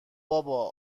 بابا